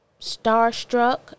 starstruck